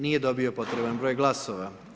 Nije dobio potreban broj glasova.